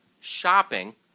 shopping